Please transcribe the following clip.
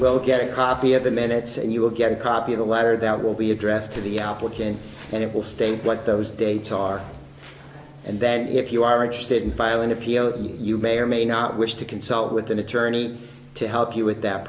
well get a copy of the minutes and you will get a copy of the letter that will be addressed to the applicant and it will state what those dates are and then if you are interested in filing a pos you may or may not wish to consult with an attorney to help you with that